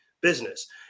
business